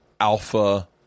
alpha